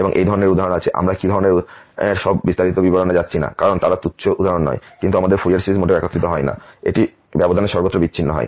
এবং এই ধরনের উদাহরণ আছে আমরা কি ধরনের সব বিস্তারিত বিবরণে যাচ্ছি না কারণ তারা তুচ্ছ উদাহরণ নয় কিন্তু তাদের ফুরিয়ার সিরিজ মোটেও একত্রিত হয় না এটি ব্যবধানের সর্বত্র বিচ্ছিন্ন হয়